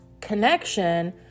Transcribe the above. connection